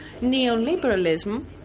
Neoliberalism